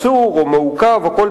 לעצם העניין, הדבר